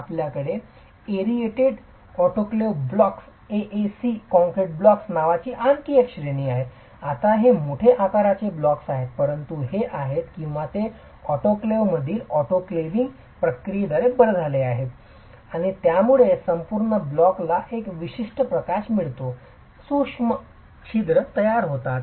आपल्याकडे aerated autoclaved blocks AAC concrete blocks नावाची आणखी एक श्रेणी आहे आता हे मोठे आकाराचे ब्लॉक्स आहेत परंतु ते आहेत किंवा ते ऑटोकॅलेव्हमधील ऑटोकॅलेव्हिंग प्रक्रियेद्वारे बरे झाले आहेत आणि यामुळे संपूर्ण ब्लॉकला एक विशिष्ट प्रकाश मिळतो कारण सूक्ष्म छिद्र तयार होतात